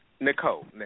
Nicole